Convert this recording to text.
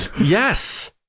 yes